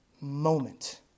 moment